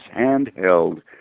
handheld